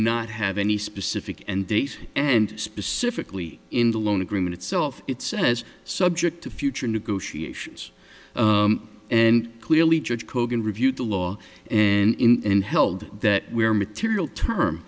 not have any specific and date and specifically in the loan agreement itself it says subject to future negotiations and clearly judge kogan reviewed the law and in held that we're material term